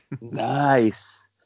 Nice